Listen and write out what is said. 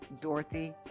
Dorothy